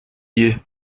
yeux